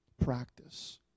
practice